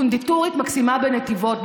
קונדיטורית מקסימה בנתיבות,